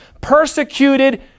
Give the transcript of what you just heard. Persecuted